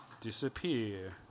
disappear